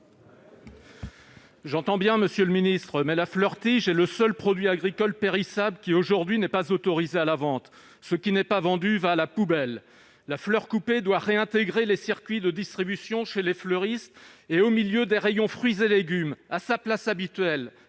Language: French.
J'entends bien, monsieur le ministre, mais la fleur-tige est le seul produit agricole périssable qui aujourd'hui n'est pas autorisé à la vente. Ce qui n'est pas vendu va à la poubelle ! La fleur coupée doit rapidement réintégrer les circuits de distribution, à sa place habituelle, chez les fleuristes et au milieu des rayons de fruits et légumes, faute de